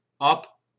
up